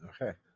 okay